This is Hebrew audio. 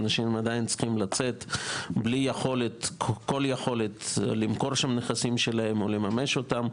אנשים עדיין צריכים לצאת בלי כל יכולת למכור את הנכסים שם או לממש אותם.